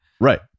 Right